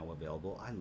available